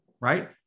right